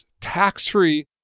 tax-free